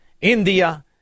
India